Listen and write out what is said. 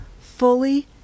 fully